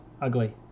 ugly